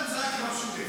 אלי, אני אסביר לך משהו.